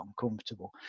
uncomfortable